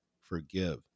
forgive